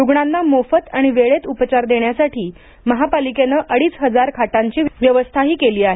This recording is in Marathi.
रुग्णांना मोफत आणि वेळेत उपचार देण्यासाठी महापालिकेनं अडीच हजार खाटांची व्यवस्थाही केली आहे